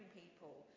people